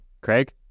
Craig